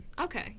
Okay